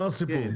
הסיפור.